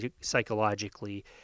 psychologically